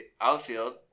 outfield